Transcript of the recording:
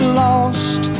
lost